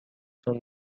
from